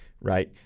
right